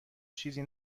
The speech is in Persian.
چیزی